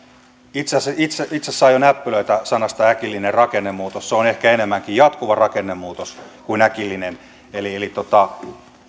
itse itse saan jo näppylöitä sanoista äkillinen rakennemuutos se on ehkä enemmänkin jatkuva rakennemuutos kuin äkillinen